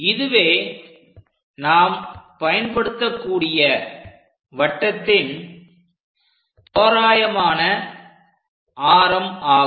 இதுவே நாம் பயன்படுத்தக்கூடிய வட்டத்தின் தோராயமான ஆரம் ஆகும்